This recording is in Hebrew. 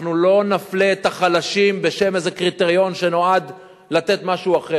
אנחנו לא נפלה את החלשים בשם איזה קריטריון שנועד לתת משהו אחר.